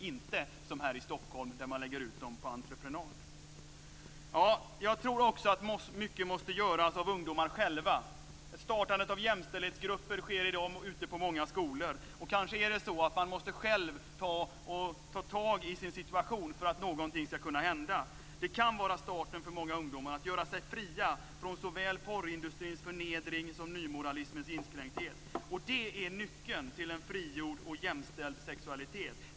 De ska inte läggas ut på entreprenad, som sker här i Jag tror också att mycket måste göras av ungdomar själva. Ett startande av jämställdhetsgrupper sker i dag ute på många skolor. Det är kanske så att man själv måste ta tag i sin situation för att någonting ska kunna hända. Det kan vara starten för många ungdomar att göra sig fria från såväl porrindustrins förnedring som nymoralismens inskränkthet. Det är nyckeln till en frigjord och jämställd sexualitet.